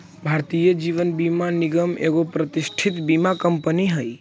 भारतीय जीवन बीमा निगम एगो प्रतिष्ठित बीमा कंपनी हई